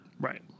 Right